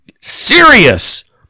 serious